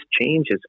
changes